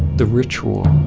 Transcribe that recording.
the ritual,